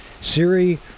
Siri